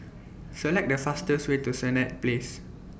Select The fastest Way to Senett Place